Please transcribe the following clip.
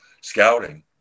scouting